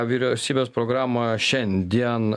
vyriausybės programa šiandien